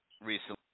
recently